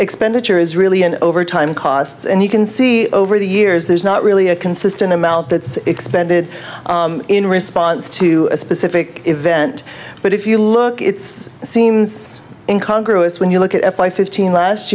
expenditure is really in overtime costs and you can see over the years there's not really a consistent amount that's expended in response to a specific event but if you look it's seems in congress when you look at five fifteen last